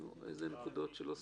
איזה נקודות לא סגרנו?